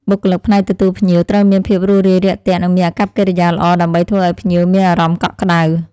បុគ្គលិកផ្នែកទទួលភ្ញៀវត្រូវមានភាពរួសរាយរាក់ទាក់ និងមានអាកប្បកិរិយាល្អដើម្បីធ្វើឱ្យភ្ញៀវមានអារម្មណ៍កក់ក្តៅ។